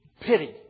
Pity